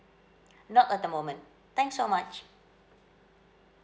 not at the moment thanks so much